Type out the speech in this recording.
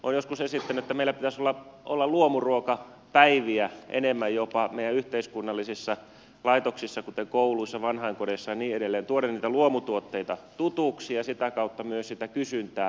olen joskus esittänyt että meillä pitäisi olla luomuruokapäiviä enemmän jopa meidän yhteiskunnallisissa laitoksissa kuten kouluissa vanhainkodeissa ja niin edelleen pitäisi tuoda luomutuotteita tutuiksi ja sitä kautta myös lisätä sitä kysyntää